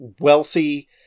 wealthy